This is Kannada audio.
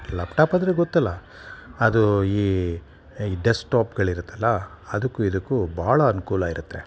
ಲಾಪ್ ಟಾಪು ಅಂದರೆ ಗೊತ್ತಲ್ಲ ಅದು ಈ ಈ ಡೆಸ್ಕ್ಟಾಪ್ಗಳಿರುತ್ತಲ್ಲಅದಕ್ಕೂ ಇದಕ್ಕೂ ಬಹಳ ಅನುಕೂಲ ಇರುತ್ತೆ